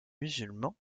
musulmans